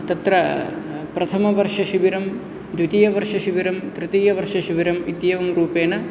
तत्र प्रथमवर्षशिबिरं द्वितीयवर्षशिबिरं तृतीयवर्षशिबिरम् इत्येवं रूपेण